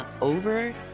over